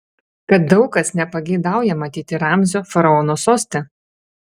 kad daug kas nepageidauja matyti ramzio faraono soste